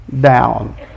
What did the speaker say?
down